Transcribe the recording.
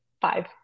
five